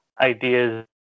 ideas